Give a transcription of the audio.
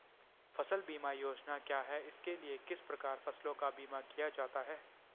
फ़सल बीमा योजना क्या है इसके लिए किस प्रकार फसलों का बीमा किया जाता है?